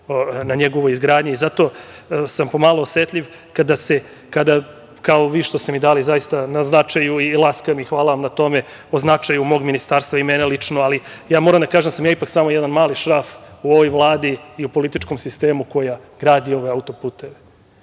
na njegovoj izgradnji. Zato sam pomalo osetljiv kada, kao vi što ste mi dali na značaju i laska mi, hvala vam na tome, o značaju mog ministarstva i mene lično. Moram da kažem da sam ipak samo jedan mali šraf u ovoj Vladi i u ovom političkom sistemu koji gradi ove autoputeve.